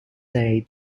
day